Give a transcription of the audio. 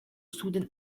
suden